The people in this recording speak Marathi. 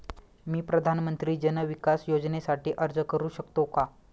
मी प्रधानमंत्री जन विकास योजनेसाठी अर्ज करू शकतो का?